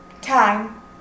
time